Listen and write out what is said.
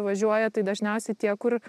važiuoja tai dažniausiai tie kur